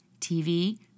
TV